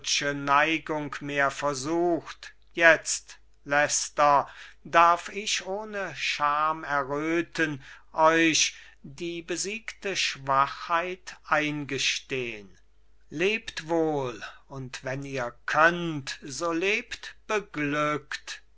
neigung mehr versucht jetzt leicester darf ich ohne schamerröten euch die besiegte schwachheit eingestehn lebt wohl und wenn ihr könnt so lebt beglückt